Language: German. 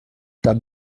dann